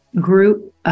group